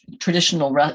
traditional